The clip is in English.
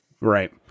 Right